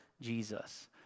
Jesus